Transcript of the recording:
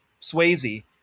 Swayze